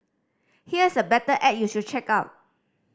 here's a better ad you should check out